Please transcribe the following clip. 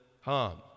harm